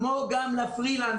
כמו גם לפרילנסרים,